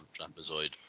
trapezoid